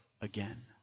again